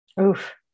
Oof